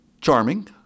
Charming